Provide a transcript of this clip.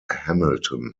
hamilton